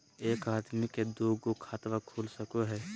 एक आदमी के दू गो खाता खुल सको है?